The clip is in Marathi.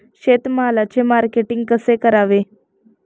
शेतमालाचे मार्केटिंग कसे करावे?